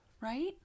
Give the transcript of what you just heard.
right